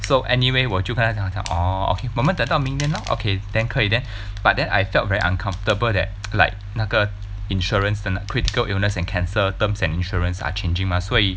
so anyway 我就跟他讲我讲 orh okay 我们等到明年 lor okay then 可以 then but then I felt very uncomfortable that like 那个 insurance 的那 critical illness and cancer terms and insurance are changing mah 所以